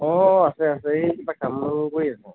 অ আছে আছে এই কিবা কাম কৰি আছে